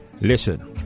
Listen